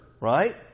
right